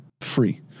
free